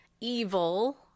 evil